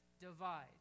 divide